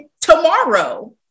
tomorrow